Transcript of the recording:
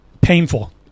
painful